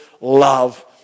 love